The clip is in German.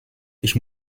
ich